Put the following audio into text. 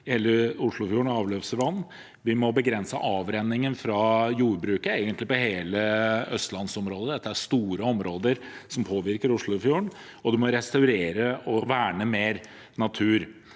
hele Oslofjorden. Vi må begrense avrenningen fra jordbruket, egentlig i hele østlandsområdet. Dette er store områder som påvirker Oslofjorden, og man må restaurere og verne mer natur.